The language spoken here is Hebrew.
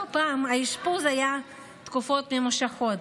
לא פעם האשפוז היה לתקופות ממושכות.